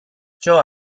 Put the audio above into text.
ciò